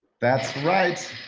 that's right.